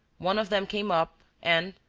one of them came up and,